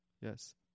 Yes